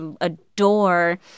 adore